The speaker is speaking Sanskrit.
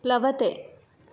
प्लवते